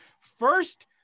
first